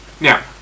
Now